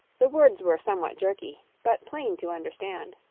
the words were somewhat jerky but plain to understand.